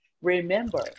Remember